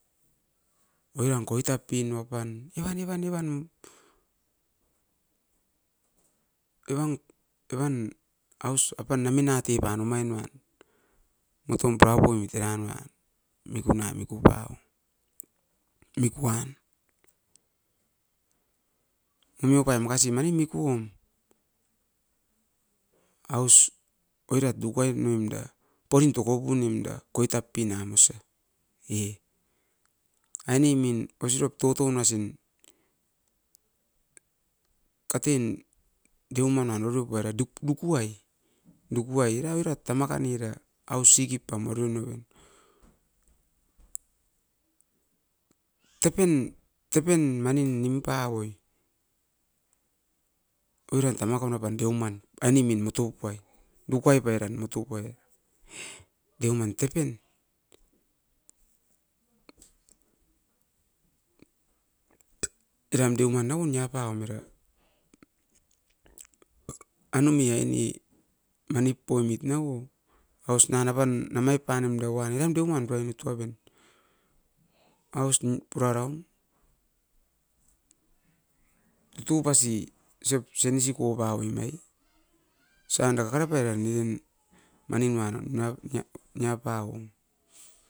Oiran koitap pinu'apan, evan-evan-evan, evan-evan aus apan ne minati pan omain nuan moton purapoimit era nu'a. Mikuna, mikupa miku'an imiokai makasi mani mikuom. Aus oirat dukaip noim da porin tokopu noim da koitap pinam osa e, ainemin osirop totou nasin katen deuman nan oropu era duku'ai. Duku ai era-era tamakan oira aus sickip pam orionoro, tepen-tepen manin nim pau oi. Oiran tamakan oupan deoman, ainemin motou puai, dukaip airan motop ai. Deuman tepen, eram deuman nao nia pam era, anume aine manip poimit nau o aus nan apan namai pa nemda uan eram deoman puraimit tu aven. Aus pura, tutu pasi sep senis i kopau oim nai, osan da kakara pairan nion manin uan na, nia pauom.